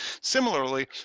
Similarly